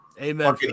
Amen